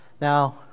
Now